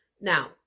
Now